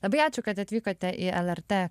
labai ačiū kad atvykote į lrt